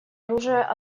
оружия